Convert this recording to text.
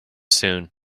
soon